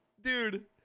Dude